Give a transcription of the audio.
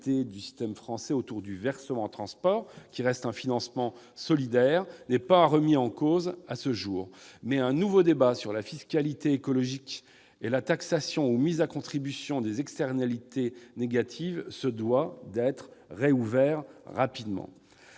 du système français, fondé sur le versement transport, qui est un financement solidaire, n'est pas remise en cause à ce jour. Mais un nouveau débat sur la fiscalité écologique et la taxation ou mise à contribution des externalités négatives doit être rapidement